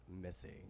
missing